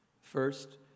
First